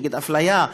נגד אפליה,